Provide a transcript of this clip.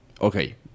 okay